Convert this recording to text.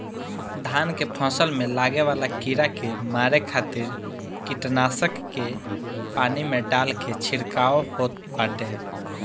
धान के फसल में लागे वाला कीड़ा के मारे खातिर कीटनाशक के पानी में डाल के छिड़काव होत बाटे